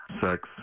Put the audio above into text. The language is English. sex